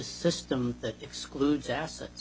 system that excludes assets